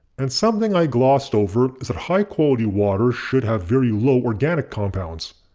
and something i glossed over is that high quality water should have very low organic compounds.